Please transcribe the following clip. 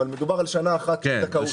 אבל מדובר על שנה אחת של זכאות.